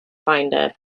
finder